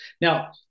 Now